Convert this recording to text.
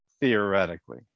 Theoretically